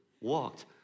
walked